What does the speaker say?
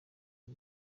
iki